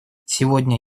сегодня